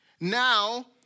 Now